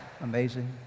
amazing